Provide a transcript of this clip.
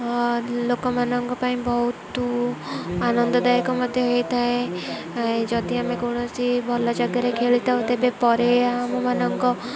ଲୋକମାନଙ୍କ ପାଇଁ ବହୁତ ଆନନ୍ଦଦାୟକ ମଧ୍ୟ ହେଇଥାଏ ଯଦି ଆମେ କୌଣସି ଭଲ ଜାଗାରେ ଖେଳିଥାଉ ତେବେ ପରେ ଆମମାନଙ୍କ